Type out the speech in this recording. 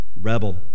rebel